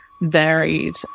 varied